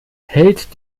hält